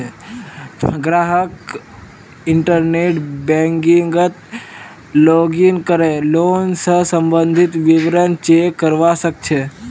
ग्राहक इंटरनेट बैंकिंगत लॉगिन करे लोन स सम्बंधित विवरण चेक करवा सके छै